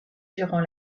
durant